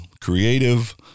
Creative